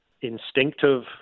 instinctive